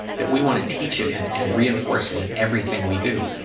that we want to teach it and and reinforce it in everything we do?